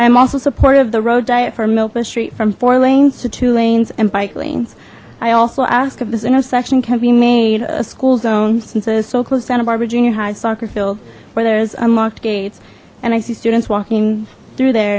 am also supportive the road diet for milkman street from four lanes to two lanes and bike lanes i also ask if this intersection can be made a school zone since it's so close santa barbara junior high soccer field where there is unlocked gates and i see students walking through there